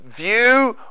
view